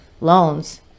loans